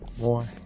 More